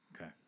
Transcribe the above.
Okay